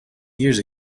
years